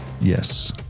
Yes